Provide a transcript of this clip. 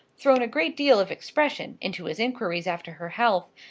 thrown a great deal of expression into his inquiries after her health,